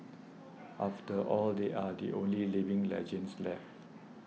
after all they are the only living legends left